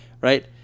right